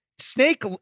Snake